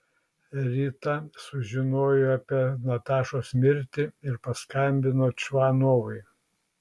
rita sužinojo apie natašos mirtį ir paskambino čvanovui